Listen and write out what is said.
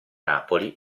napoli